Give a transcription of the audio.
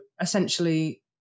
essentially